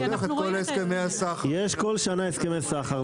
כי יש בכל שנה הסכמי סחר,